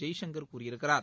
ஜெய்சங்கர் கூறியிருக்கிறார்